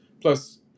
Plus